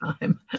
time